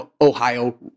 Ohio